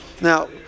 Now